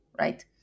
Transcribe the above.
right